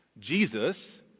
Jesus